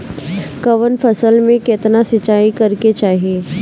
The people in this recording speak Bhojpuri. कवन फसल में केतना सिंचाई करेके चाही?